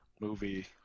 Movie